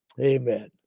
Amen